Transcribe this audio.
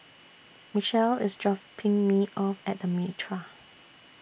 Michell IS Me off At The Mitraa